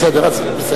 בסדר.